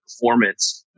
performance